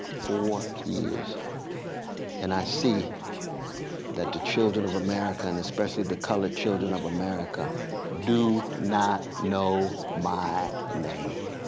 four years and i see that the children of america, and especially the colored children of america do not know my name.